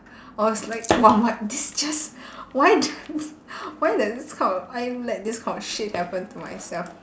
I was like !wah! what this just why just why does this kind of I am let this kind of shit happen to myself